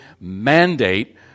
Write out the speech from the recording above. Mandate